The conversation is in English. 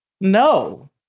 no